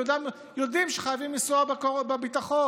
כי יודעים שחייבים לנסוע בביטחון.